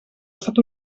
estat